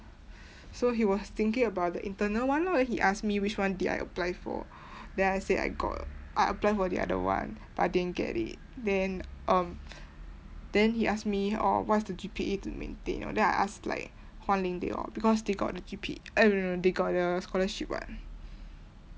so he was thinking about the internal one lor then he ask me which one did I apply for then I said I got I apply for the other one but I didn't get it then um then he asked me orh what's the G_P_A to maintain orh then I asked like huan ling they all because they got the G_P eh no no no they got the scholarship [what]